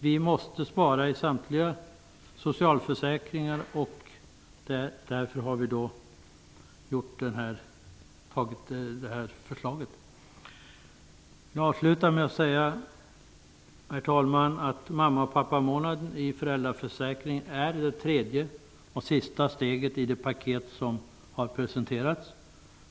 Vi måste spara i samtliga socialförsäkringar, och därför har vi tagit det här förslaget. Jag vill till sist säga att mamma och pappamånaden i föräldraförsäkringen är det tredje och sista steget i det paket som har presenterats.